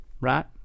Right